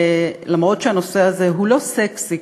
למרות שהנושא הזה הוא לא סקסי,